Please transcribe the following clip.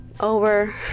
over